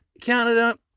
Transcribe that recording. Canada